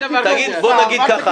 בואו נגיד ככה,